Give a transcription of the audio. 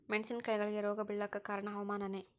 ಮೆಣಸಿನ ಕಾಯಿಗಳಿಗಿ ರೋಗ ಬಿಳಲಾಕ ಕಾರಣ ಹವಾಮಾನನೇ?